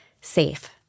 safe